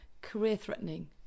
career-threatening